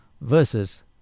versus